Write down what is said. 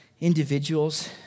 individuals